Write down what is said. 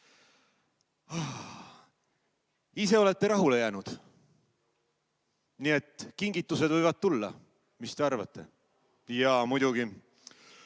ise olete rahule jäänud? Nii et kingitused võivad tulla, mis te arvate? Jaa, muidugi!